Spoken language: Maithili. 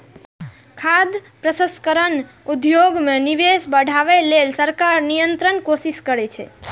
खाद्य प्रसंस्करण उद्योग मे निवेश बढ़ाबै लेल सरकार निरंतर कोशिश करै छै